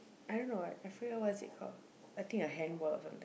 I don't know I I feel what's it called I think a handball or something